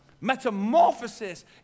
Metamorphosis